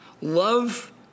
Love